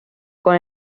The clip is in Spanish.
con